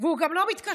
והוא גם לא מתקשר.